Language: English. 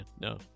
No